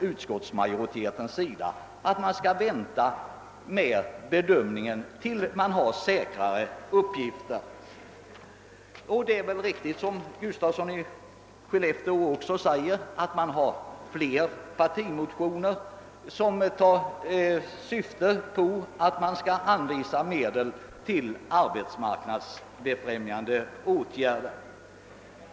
Utskottsmajoriteten anser därför att man skall vänta med bedömningen till dess att man har säkrare uppgifter. Herr Gustafsson i Skellefteå nämnde att det föreligger flera partimotioner än den nu behandlade, som syftar till anvisande av medel till arbetsmarknadsbefrämjande åtgärder.